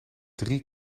drie